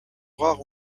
rares